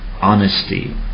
honesty